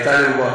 טלב אבו עראר,